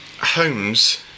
homes